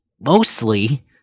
mostly